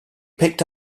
picked